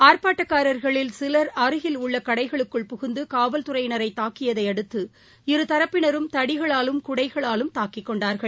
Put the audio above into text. ஆர்ப்பாட்டக்காரர்களில் சிலர் உள்ளகடைகளுக்குள் அருகில் புகுந்துகாவல்துறையினரைதாக்கியதைஅடுத்து இரு தரப்பினரும் தடிகளாலும் குடைகளாலும் தாக்கிக் கொண்டார்கள்